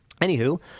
Anywho